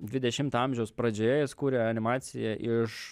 dvidešimto amžiaus pradžioje jis kūrė animaciją iš